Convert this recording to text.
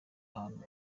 ahantu